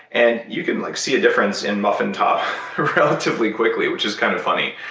and you can see a difference in muffin top relatively quickly, which is kind of funny.